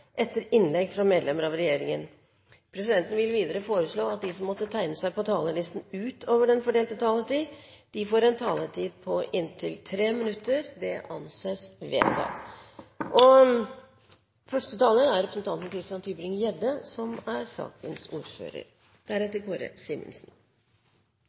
etter innlegg fra medlemmer av regjeringen innenfor den fordelte taletid. Presidenten vil videre foreslå at de som måtte tegne seg på talerlisten utover den fordelte taletid, får en taletid på inntil 3 minutter. – Det anses vedtatt.